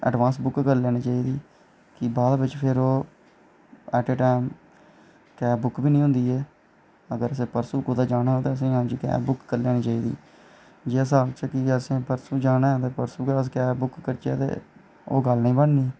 कि एडवांस बिच करी लैनी चाहिदी क्योंकि बाद बिच ओह् at a time cab book बी निं होंदी ऐ ते कल्ल परसूं असें कुदै जाना होग तां कैब बुक करी लैनी चाहिदी जे परसूं असें कुदै जाना ऐ ते परसूं गै कैब बुक करनी होऐ ओह् गल्ल निं बननी